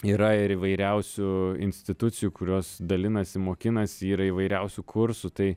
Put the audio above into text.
yra ir įvairiausių institucijų kurios dalinasi mokinasi yra įvairiausių kursų tai